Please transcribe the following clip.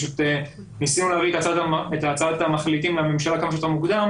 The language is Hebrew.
פשוט ניסינו להביא את הצעת המחליטים לממשלה כמה שיותר מוקדם